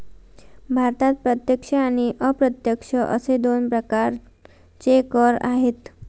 भारतात प्रत्यक्ष आणि अप्रत्यक्ष असे दोन प्रकारचे कर आहेत